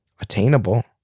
attainable